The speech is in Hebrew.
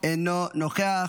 אינו נוכח.